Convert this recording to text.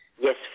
Yes